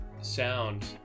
sound